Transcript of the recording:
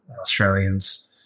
Australians